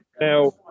Now